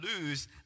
lose